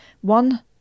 one